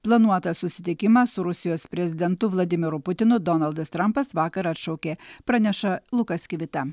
planuotą susitikimą su rusijos prezidentu vladimiru putinu donaldas trampas vakar atšaukė praneša lukas kivita